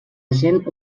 agent